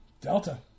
Delta